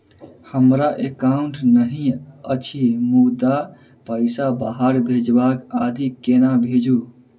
हमरा एकाउन्ट नहि अछि मुदा पैसा बाहर भेजबाक आदि केना भेजू?